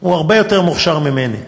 הוא הרבה יותר מוכשר ממני,